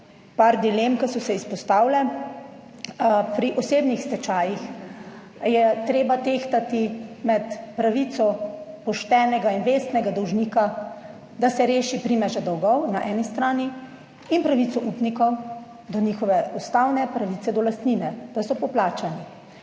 nekaj dilem, ki so se izpostavile. Pri osebnih stečajih je treba tehtati med pravico poštenega in vestnega dolžnika, da se reši primeža dolgov na eni strani in pravico upnikov do njihove ustavne pravice do lastnine, da so poplačani.